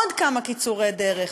עוד כמה קיצורי דרך,